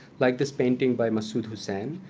like this painting by masood hussein,